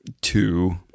two